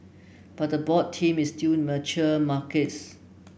but the board theme is still mature markets